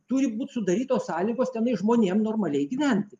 turi būti sudarytos sąlygos tenai žmonėm normaliai gyventi